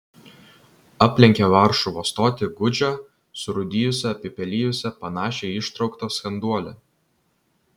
aplenkė varšuvos stotį gūdžią surūdijusią apipelijusią panašią į ištrauktą skenduolį